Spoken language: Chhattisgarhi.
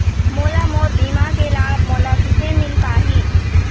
मोला मोर बीमा के लाभ मोला किसे मिल पाही?